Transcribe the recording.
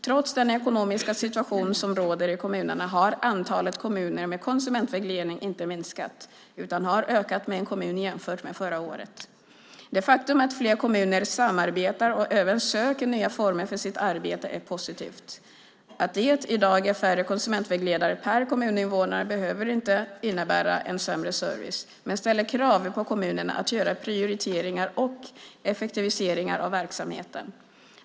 Trots den ekonomiska situation som råder i kommunerna har antalet kommuner med konsumentvägledning inte minskat, utan det har ökat med en kommun jämfört med förra året. Det faktum att fler kommuner samarbetar och även söker nya former för sitt arbete är positivt. Att det i dag är färre konsumentvägledare per kommuninvånare behöver inte innebära en sämre service, men det ställer krav på kommunerna att göra prioriteringar och effektiviseringar av verksamheten.